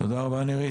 תודה רבה נירית.